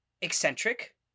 eccentric